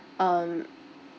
um